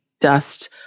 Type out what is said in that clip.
dust